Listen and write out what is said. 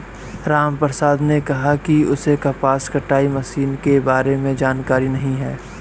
रामप्रसाद ने कहा कि उसे कपास कटाई मशीन के बारे में जानकारी नहीं है